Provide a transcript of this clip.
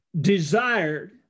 desired